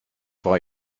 war